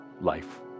life